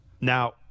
Now